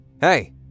Hey